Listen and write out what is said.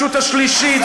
והרשות השלישית,